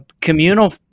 communal